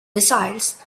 missiles